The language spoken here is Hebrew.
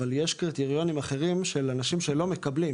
אבל יש קריטריונים אחרים של אנשים שלא מקבלים,